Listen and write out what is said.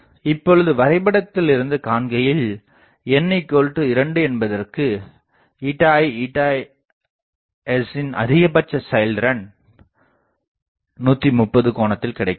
இப்பொழுது வரைபடத்திலிருந்து காண்கையில் n2 என்பதற்கு ηi ηs யின் அதிகபட்ச செயல்திறன் 130 கோணத்தில் கிடைக்கப்பெறுகிறது